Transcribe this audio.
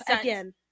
again